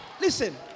listen